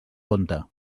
compte